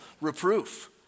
reproof